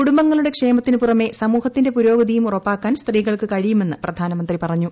കുടുംബങ്ങളുടെ ക്ഷേമത്തിനുപുറമേ സമൂഹത്തിന്റെ പുരോഗതിയും ഉറപ്പാക്കാൻ സ്ത്രീകൾക്ക് കഴിയുമെന്ന് പ്രധാനമന്ത്രി പറഞ്ഞു